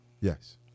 Yes